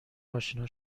آشنا